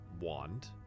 wand